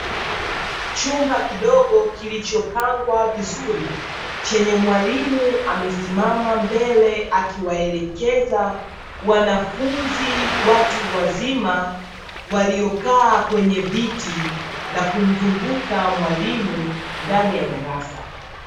Chumba kidogo kilichopangwa vizuri chenye mwalimu amesimama mbele, akiwaelekeza wanafunzi watu wazima waliokaa kwenye viti na kumzunguka mwalimu ndani ya darasa.